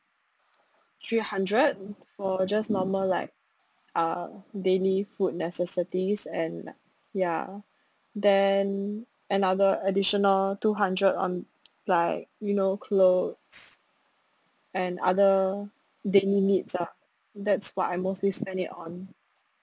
three hundred for just normal like uh daily food necessities and li~ ya then another additional two hundred on like you know clothes and other daily needs ah that's what I mostly spend it on